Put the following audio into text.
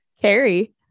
Carrie